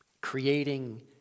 creating